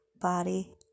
body